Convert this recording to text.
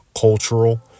cultural